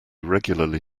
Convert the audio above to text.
regularly